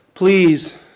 Please